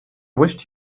wished